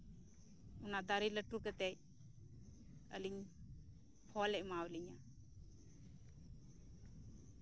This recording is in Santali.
ᱚᱱᱟ ᱫᱟᱨᱮ ᱞᱟᱹᱴᱩ ᱠᱟᱛᱮᱜ ᱟᱹᱞᱤᱧ ᱯᱷᱚᱞᱮ ᱮᱢᱟ ᱞᱤᱧᱟ